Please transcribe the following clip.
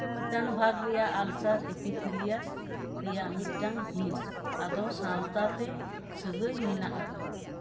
ᱪᱮᱛᱟᱱ ᱵᱷᱟᱜᱽ ᱨᱮᱭᱟᱜ ᱟᱞᱥᱟᱨ ᱮᱯᱤᱛᱷᱮᱞᱤᱭᱟᱥ ᱨᱮᱭᱟᱜ ᱢᱤᱫᱴᱟᱝ ᱦᱤᱸᱥ ᱟᱫᱚ ᱥᱟᱶᱛᱟ ᱛᱮ ᱥᱟᱹᱜᱟᱹᱭ ᱢᱮᱱᱟᱜᱼᱟ